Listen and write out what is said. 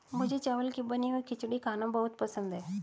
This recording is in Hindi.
मुझे चावल की बनी हुई खिचड़ी खाना बहुत पसंद है